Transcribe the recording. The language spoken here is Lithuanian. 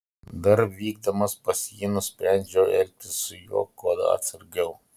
dar vykdamas pas jį nusprendžiau elgtis su juo kuo atsargiau